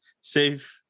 Save